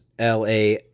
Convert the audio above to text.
la